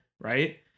Right